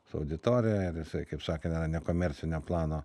su auditorija ir jisai kaip sakė nekomercinio plano